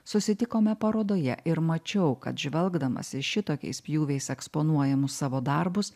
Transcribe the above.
susitikome parodoje ir mačiau kad žvelgdamas į šitokiais pjūviais eksponuojamus savo darbus